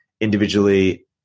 individually